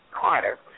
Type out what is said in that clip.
Carter